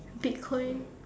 bitcoin